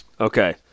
Okay